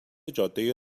جاده